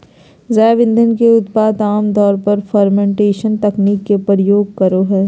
जैव ईंधन के उत्पादन आम तौर पर फ़र्मेंटेशन तकनीक के प्रयोग करो हइ